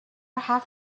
have